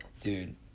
Dude